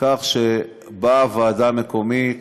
כך שבאה ועדה מקומית